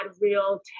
real